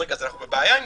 אם כך, אנחנו בבעיה.